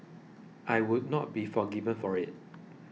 I would not be forgiven for it